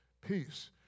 Peace